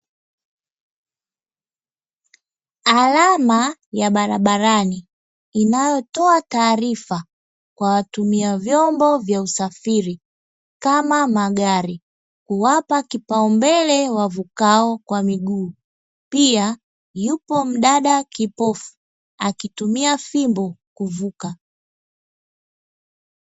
Alama ya barabarani inayotoa taarifa, kwa watumia vyombo vya usafiri kama magari, kuwapa kipaombele kwa wavukao kwa miguu, pia yupo mdada kipofu, akitumia fimbo kuvuka.